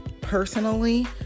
personally